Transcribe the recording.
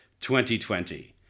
2020